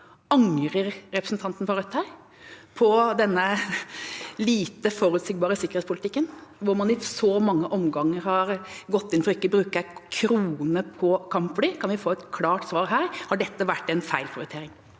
Angrer representanten fra Rødt på denne lite forutsigbare sikkerhetspolitikken, hvor man i så mange omganger har gått inn for ikke å bruke én krone på kampfly? Kan vi få et klart svar her? Har dette vært en feilprioritering?